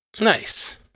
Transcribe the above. Nice